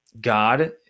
God